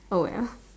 oh well